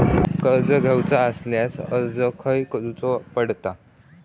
कर्ज घेऊचा असल्यास अर्ज खाय करूचो पडता?